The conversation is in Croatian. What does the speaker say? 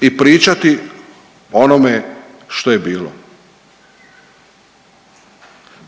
i pričati o onome što je bilo.